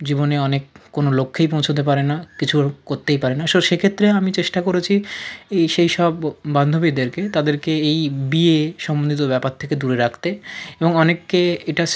জীবনে অনেক কোনো লক্ষ্যেই পৌঁছতে পারে না কিছুর করতেই পারে না সে সেক্ষেত্রে আমি চেষ্টা করেছি এই সেই সব ব বান্ধবীদেরকে তাদেরকে এই বিয়ে সম্বলিত ব্যাপার থেকে দূরে রাখতে এবং অনেকে এটা